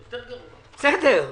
בסדר.